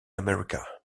america